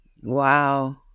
Wow